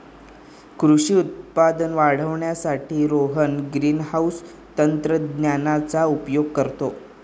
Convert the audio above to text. कृषी उत्पादन वाढवण्यासाठी रोहन ग्रीनहाउस तंत्रज्ञानाचा उपयोग करतो